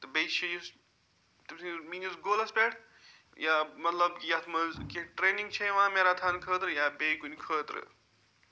تہٕ بیٚیہِ چھُ یُس تٔمۍ سٕندِس میٲنِس گولَس پٮ۪ٹھ یا مَطلَب یتھ مَنٛز کینٛہہ ٹرٛینِنٛگ چھےٚ یِوان میراتھان خٲطرٕ یا بیٚیہِ کُنہ خٲطرٕ